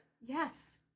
Yes